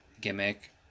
gimmick